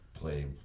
play